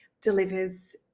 delivers